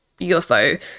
ufo